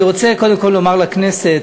אני רוצה קודם כול לומר לכנסת,